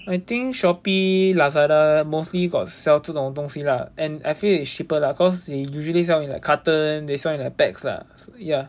I think Shopee Lazada mostly got sell 这种东西啦 and I feel is cheaper lah cause they usually sell in like carton they sell in like packs lah so ya